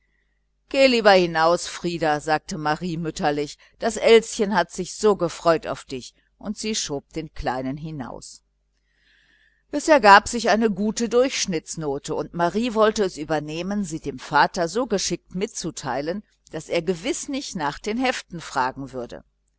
geh lieber hinaus frieder sagte marie mütterlich das elschen hat sich so gefreut auf dich und sie schob den kleinen zur türe hinaus es ergab sich eine gute durchschnittsnote und marie wollte es übernehmen sie dem vater so geschickt mitzuteilen daß er gewiß nicht nach den heften fragen würde